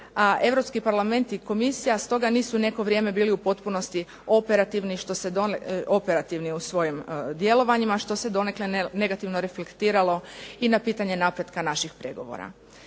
A Europski parlament i komisija stoga nisu neko vrijeme bili u potpunosti operativni u svojim djelovanjima što se donekle negativno reflektiralo i na pitanje napretka naših pregovora.